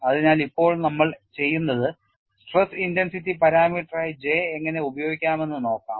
അതിനാൽ ഇപ്പോൾ നമ്മൾ ചെയ്യുന്നത് സ്ട്രെസ് ഇന്റൻസിറ്റി പാരാമീറ്ററായി J എങ്ങനെ ഉപയോഗിക്കാമെന്ന് നോക്കാം